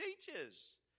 teaches